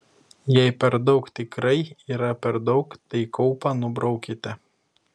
jei per daug tikrai yra per daug tai kaupą nubraukite